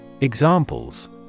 Examples